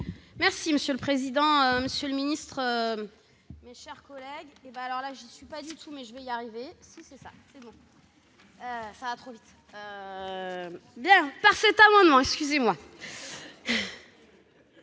Monsieur le président, monsieur le ministre, mes chers collègues,